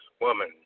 Woman